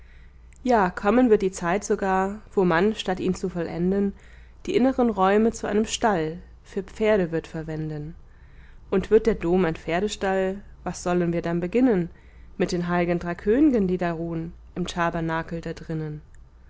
ja kommen wird die zeit sogar wo man statt ihn zu vollenden die inneren räume zu einem stall für pferde wird verwenden und wird der dom ein pferdestall was sollen wir dann beginnen mit den heil'gen drei kön'gen die da ruhn im tabernakel da drinnen